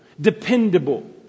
dependable